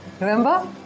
Remember